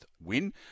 win